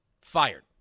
fired